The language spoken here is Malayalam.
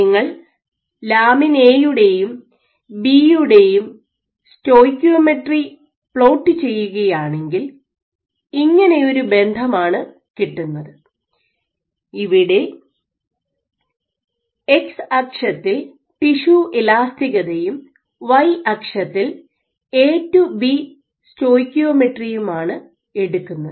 നിങ്ങൾ ലാമിൻ എയുടെയും ബി യുടെയും സ്റ്റോയ്ക്കിയോമെട്രി പ്ലോട്ട് ചെയ്യുകയാണെങ്കിൽ ഇങ്ങനെയൊരു ബന്ധം ആണ് കിട്ടുന്നത് ഇവിടെ എക്സ് അക്ഷത്തിൽ ടിഷ്യു ഇലാസ്തികതയും വൈ അക്ഷത്തിൽ എ ടു ബി സ്റ്റോയ്ക്കിയോമെട്രിയുമാണ് എടുക്കുന്നത്